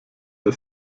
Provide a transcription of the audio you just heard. der